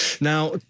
Now